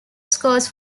scores